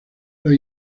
los